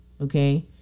Okay